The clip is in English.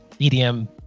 edm